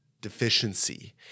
deficiency